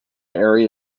area